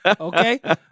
Okay